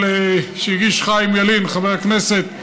שהגיש חיים ילין, חבר הכנסת,